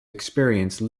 experience